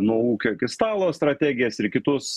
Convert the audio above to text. nuo ūkio iki stalo strategijas ir kitus